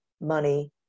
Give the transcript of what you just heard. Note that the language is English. Money